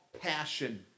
passion